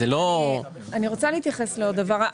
אני רוצה להתייחס לעוד דבר.